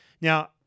Now